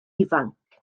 ifanc